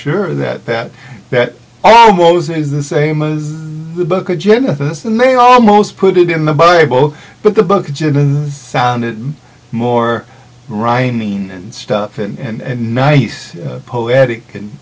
sure that that that almost is the same as the book of genesis and they almost put it in the bible but the book sounded more rhyming and stuff and nice poetic and